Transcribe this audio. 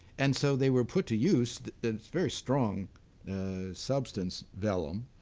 and so they were put to use very strong substance, vellum.